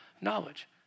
knowledge